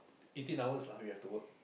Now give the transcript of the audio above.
eighteen hours lah we have to work